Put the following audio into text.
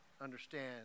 understand